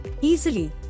easily